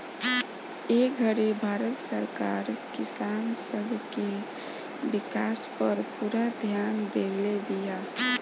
ए घड़ी भारत सरकार किसान सब के विकास पर पूरा ध्यान देले बिया